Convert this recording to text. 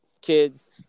kids